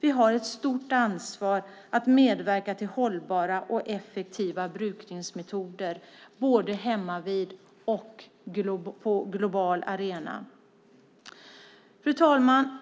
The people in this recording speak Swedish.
Vi har ett stort ansvar att medverka till hållbara och effektiva brukningsmetoder både hemmavid och på en global arena. Fru talman!